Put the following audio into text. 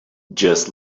just